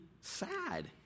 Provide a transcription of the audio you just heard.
sad